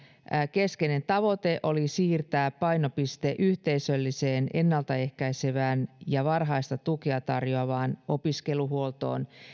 keskeinen tavoite oli siirtää painopiste yhteisölliseen ennaltaehkäisevään ja varhaista tukea tarjoavaan opiskeluhuoltoon